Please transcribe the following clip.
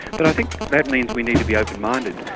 but i think that means we need to be open-minded.